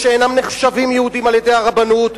שאינם נחשבים יהודים על-ידי הרבנות,